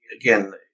again